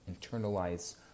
internalize